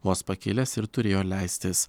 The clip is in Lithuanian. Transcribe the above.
vos pakilęs ir turėjo leistis